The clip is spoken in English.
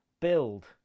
build